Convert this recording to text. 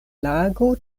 lago